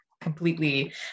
completely